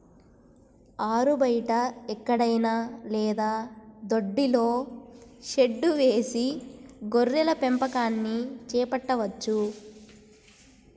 ఆరుబయట ఎక్కడైనా లేదా దొడ్డిలో షెడ్డు వేసి గొర్రెల పెంపకాన్ని చేపట్టవచ్చు